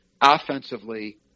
offensively